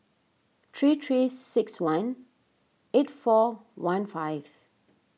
three three six one eight four one five